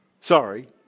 Sorry